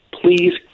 Please